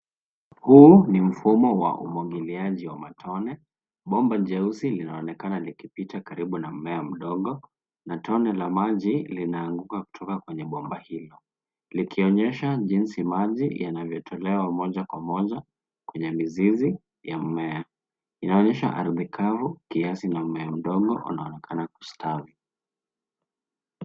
Huu ni mfumo wa umwagiliaji wa matone. Bomba jeusi linaonekana likipita karibu na mmea mdogo na tone la maji linaanguka kutoka kwenye bomba hilo likionyesha jinsi maji yanavyotolewa moja kwa moja kwenye mizizi ya mmea. Inaonyesha ardhi kavu kiasi na mmea mdogo unaoonekana kustawi.